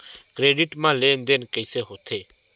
Credit मा लेन देन कइसे होथे?